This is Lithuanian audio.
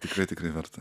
tikrai tikrai verta